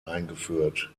eingeführt